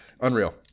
Unreal